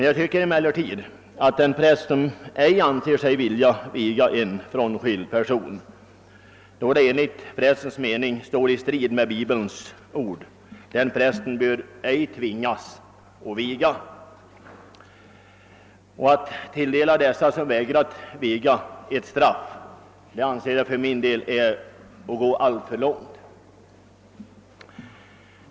Jag tycker emellertid också att den präst som ej anser sig vilja viga en frånskild person, då detta enligt prästens mening står i strid med Bibelns ord, ej bör tvingas att viga. Och att ådöma dem som vägrat viga ett straff anser jag vara att gå alltför långt.